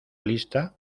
lista